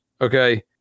okay